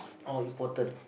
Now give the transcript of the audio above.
how important